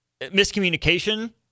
miscommunication